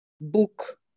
book